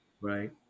Right